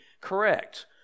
correct